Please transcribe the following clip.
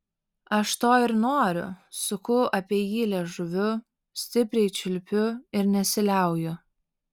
aš to ir noriu suku apie jį liežuviu stipriai čiulpiu ir nesiliauju